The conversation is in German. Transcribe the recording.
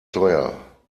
teuer